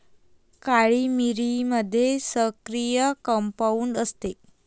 काळी मिरीमध्ये सक्रिय कंपाऊंड असते